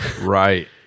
Right